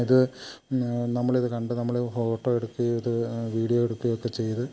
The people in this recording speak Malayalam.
ഇത് നമ്മളിത് കണ്ട് നമ്മള് ഫോട്ടോ എടുക്കുകയും ഇത് വീഡിയോ എടുക്കുകയും ഒക്കെ ചെയ്ത്